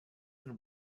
and